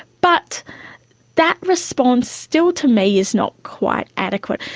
but that response still to me is not quite adequate,